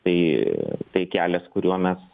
tai tai kelias kuriuo mes